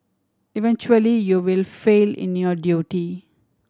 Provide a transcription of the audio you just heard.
eventually you will fail in your duty